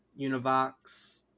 Univox